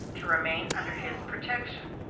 to remain under his protection.